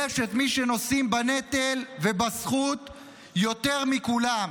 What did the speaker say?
יש את מי שנושאים בנטל ובזכות יותר מכולם,